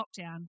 lockdown